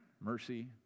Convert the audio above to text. mercy